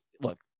look